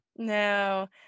No